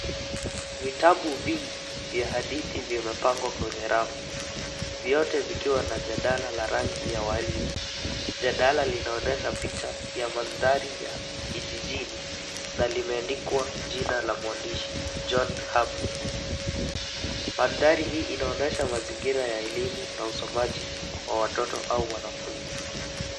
Vitabu vingi vya hadithi vimepangwa kwenye rafu. Vyote vikiwa na jalada vya rangi ya waridi. Jalada linaonyesha picha ya mandhari yakijijini na limeandikwa jina la mwandishi JOhn Habwe. Mandhari hii inaonyesha mandhari ya elimu na usomaji wa watoto au wanafunzi.